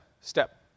step